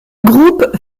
groupe